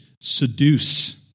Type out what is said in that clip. seduce